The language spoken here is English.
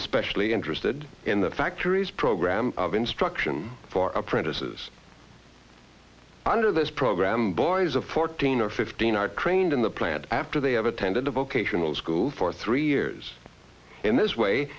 especially interested in the factories program of instruction for apprentices under this program boys of fourteen or fifteen are trained in the plant after they have attended a vocational school for three years in this way